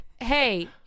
Hey